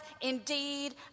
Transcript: indeed